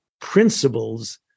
principles